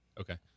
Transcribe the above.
Okay